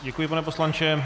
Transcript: Děkuji, pane poslanče.